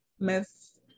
Miss